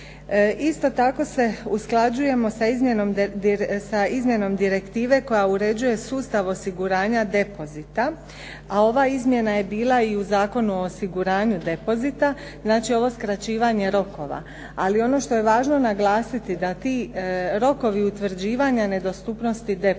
Isto tako se usklađujemo sa izmjenom direktive koja uređuje sustav osiguranja depozita, a ova izmjena je bila i u Zakonu o osiguranju depozita. Znači ovo skraćivanje rokova. Ali ono što je važno naglasiti da ti rokovi utvrđivanja nedostupnosti depozita